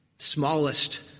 Smallest